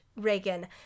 Reagan